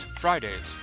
Fridays